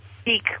speak